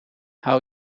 hou